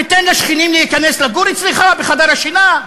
תיתן לשכנים להיכנס לגור אצלך בחדר השינה?